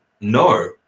no